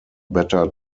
better